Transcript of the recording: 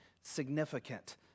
significant